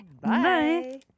Bye